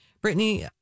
Brittany